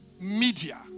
media